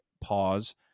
pause